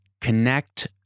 connect